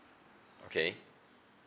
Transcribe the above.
okay